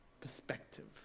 perspective